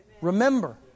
Remember